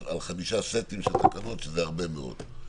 על חמישה סטים של תקנות שזה הרבה מאוד.